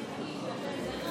עתיד.